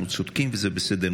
אנחנו צודקים, וזה בסדר.